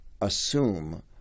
Assume